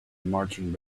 marching